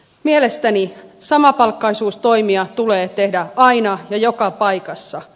mielestäni samapalkkaisuustoimia tulee tehdä aina ja joka paikassa